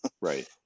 Right